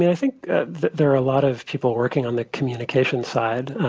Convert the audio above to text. mean, i think there are a lot of people working on the communication side.